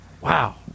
Wow